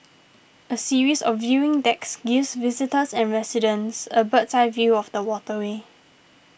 a series of viewing decks gives visitors and residents a bird's eye view of the waterway